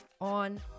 on